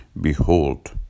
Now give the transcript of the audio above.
behold